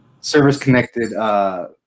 service-connected